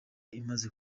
imaze